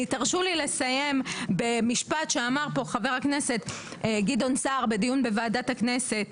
ותרשו לי לסיים במשפט שאמר פה חבר הכנסת גדעון סער בדיון בוועדת הכנסת.